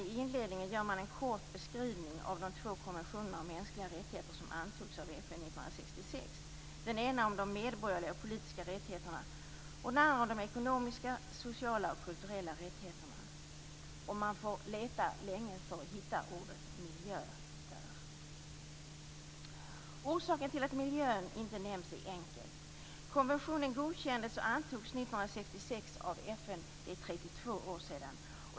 I inledningen gör utrikesutskottet en kort beskrivning av de två konventioner om mänskliga rättigheter som antogs av FN 1966, den ena om de medborgerliga och politiska rättigheterna och den andra om de ekonomiska, sociala och kulturella rättigheterna. Man kan leta länge utan att här hitta ordet miljö. Orsaken till att miljön inte nämns är enkel. Konventionen godkändes och antogs av FN 1966. Det är 32 år sedan.